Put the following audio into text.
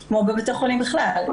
וכמו בבתי חולים בכלל,